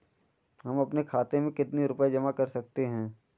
हम अपने खाते में कितनी रूपए जमा कर सकते हैं?